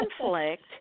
conflict